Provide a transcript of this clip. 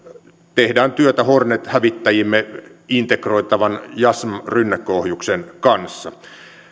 tehdään työtä hornet hävittäjiimme integroitavan jassm rynnäkköohjuksen kanssa